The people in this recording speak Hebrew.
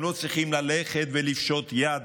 הם לא צריכים ללכת ולפשוט יד